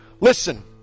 Listen